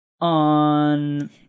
on